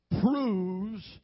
proves